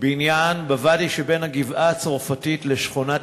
בניין בוואדי שבין הגבעה-הצרפתית לשכונת